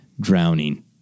drowning